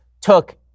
took